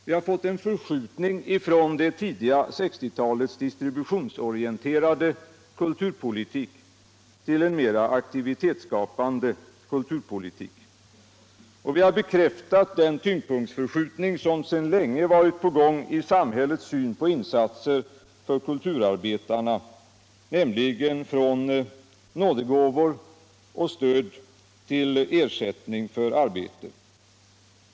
Vi har fåut en förskjutning från det tidiga 60 talets distributionsorienterade kulturpolitik till en mera aktivitetsskapande kulturpolitik. Och vi har bekräftat den tvngdpunkisförskjutning som sedan länge varit på gång i samhällets syn på insatser för kulturarbetarna, nämligen från nådegåvor och stöd till ersättning för arbete.